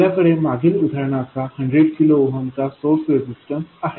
आपल्या कडे मागील उदाहरणाचा 100 किलो ओहम चा सोर्स रेजिस्टन्स आहे